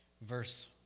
verse